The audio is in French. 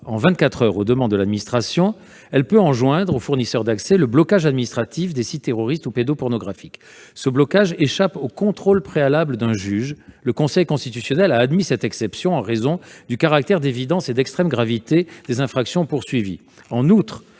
heures aux demandes de l'administration, celle-ci peut enjoindre les fournisseurs d'accès de procéder au blocage administratif des sites terroristes ou pédopornographiques. Ce blocage échappe au contrôle préalable d'un juge. Le Conseil constitutionnel a admis cette exception en raison du caractère d'évidence et d'extrême gravité des infractions poursuivies. En outre,